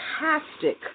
fantastic